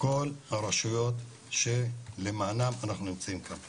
כל הרשויות שלמענן אנחנו נמצאים כאן.